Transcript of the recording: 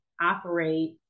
operate